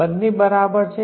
બંને બરાબર છે